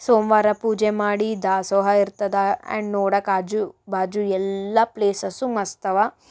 ಸೋಮವಾರ ಪೂಜೆ ಮಾಡಿ ದಾಸೋಹ ಇರ್ತದ ಆ್ಯಂಡ್ ನೋಡಾಕೆ ಆಜು ಬಾಜು ಎಲ್ಲ ಪ್ಲೇಸಸ್ಸು ಮಸ್ತ್ ಅವಾ